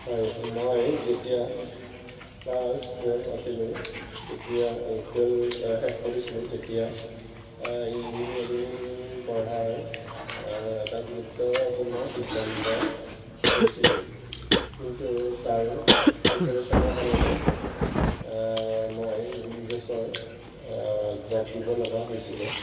হয় মই যেতিয়া ক্লাছ টুৱেলভ আছিলোঁ তেতিয়া টুৱেলভ শেষ কৰিছিলোঁ তেতিয়া ইঞ্জিনিয়াৰিং পঢ়াৰ এটা গুৰুত্বপূৰ্ণ সিদ্ধান্ত লৈছিলোঁ কিন্তু তাৰ প্ৰিপেৰেশ্যনৰ কাৰণে মই দুবছৰ ড্ৰপ দিব লগা হৈছিলে